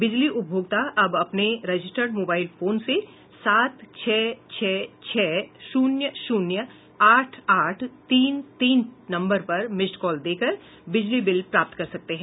बिजली उपभोक्ता अब अपने रजिस्टड मोबाइल फोन से सात छह छह शून्य शून्य आठ आठ तीन तीन नम्बर पर मिस्ड काल देकर बिजली बिल प्राप्त कर सकते हैं